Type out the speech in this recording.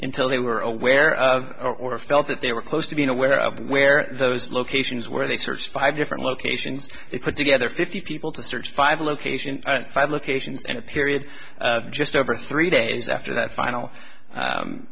until they were aware or felt that they were close to being aware of where those locations where they searched five different locations put together fifty people to search five locations at five locations and a period of just over three days after that final